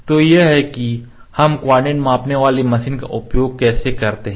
तो यह है कि हम कोऑर्डिनेट मापने वाली मशीन का उपयोग कैसे करते हैं